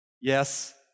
Yes